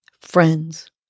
friends